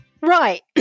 right